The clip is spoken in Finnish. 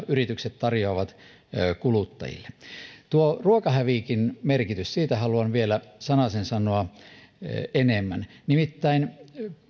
yritykset tarjoavat kuluttajille älykkäitä taloteknisiä ratkaisuja tuosta ruokahävikin merkityksestä haluan vielä sanasen sanoa enemmän nimittäin